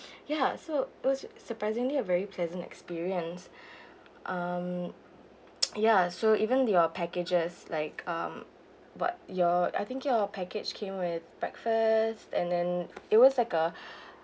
ya so it was surprisingly a very pleasant experience um ya so even the uh packages like um but your I think your package came with breakfast and then it was like a